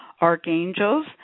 archangels